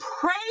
Praise